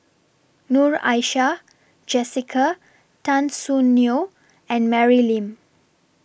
Noor Aishah Jessica Tan Soon Neo and Mary Lim